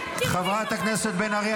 חבר הכנסת פורר,